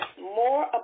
more